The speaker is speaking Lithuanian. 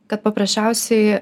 kad paprasčiausiai